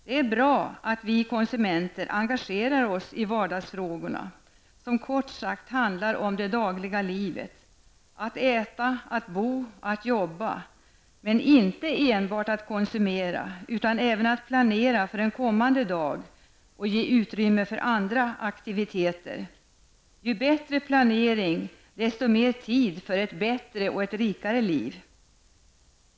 Det är bra att vi konsumenter engagerar oss i vardagsfrågorna, som kort sagt handlar om det dagliga livet: att äta, att bo, att jobba -- men inte enbart att konsumera utan även att planera för en kommande dag och ge utrymme för andra aktiviteter. Ju bättre planering, desto mer tid för ett bättre och rikare liv.